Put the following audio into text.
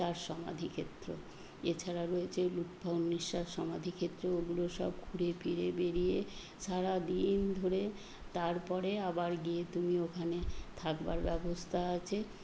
তার সমাধি ক্ষেত্র এছাড়া রয়েছে লুৎফাউন্নেসার সমাধি ক্ষেত্র ওগুলো সব ঘুরে ফিরে বেড়িয়ে সারা দিন ধরে তারপরে আবার গিয়ে তুমি ওখানে থাকবার ব্যবস্থা আছে